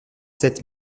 sept